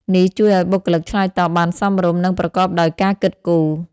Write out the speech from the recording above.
នេះជួយឱ្យបុគ្គលិកឆ្លើយតបបានសមរម្យ និងប្រកបដោយការគិតគូរ។